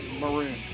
maroon